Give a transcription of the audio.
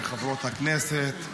חברות הכנסת,